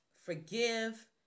Forgive